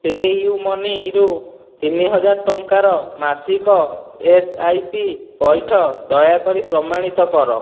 ପେୟୁମନିରୁ ତିନିହଜାର ଟଙ୍କାର ମାସିକ ଏସ୍ଆଇପି ପଇଠ ଦୟାକରି ପ୍ରମାଣିତ କର